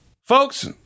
Folks